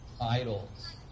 idols